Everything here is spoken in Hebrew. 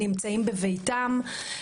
נמצאים בביתם,